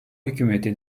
hükümeti